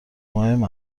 مهم